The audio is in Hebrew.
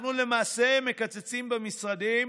אנחנו למעשה מקצצים במשרדים